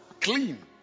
Clean